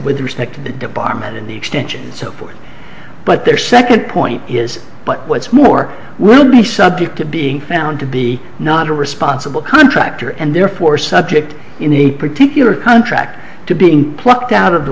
with respect to the department in the extensions so forth but their second point is but what's more will be subject to being found to be not a responsible contractor and therefore subject in a particular contract to being plucked out of the